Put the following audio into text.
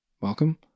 welcome